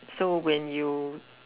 so when you